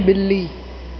ॿिली